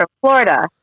Florida